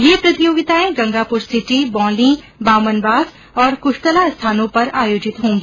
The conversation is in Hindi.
ये प्रतियोगिताएं गंगापुरसिटी बौंली बामनवास और कृश्तला स्थानों पर आयोजित होगी